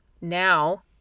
now